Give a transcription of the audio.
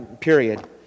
period